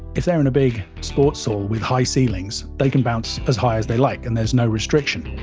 if they're in a big sports hall with high ceilings, they can bounce as high as they like, and there's no restriction.